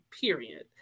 period